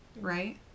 Right